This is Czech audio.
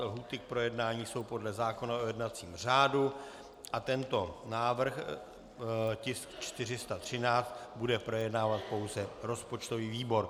Lhůty k projednání jsou podle zákona o jednacím řádu a tento návrh, tisk 413, bude projednávat pouze rozpočtový výbor.